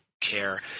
care